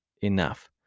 enough